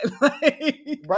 Right